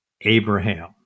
Abraham